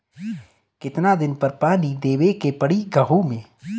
कितना दिन पर पानी देवे के पड़ी गहु में?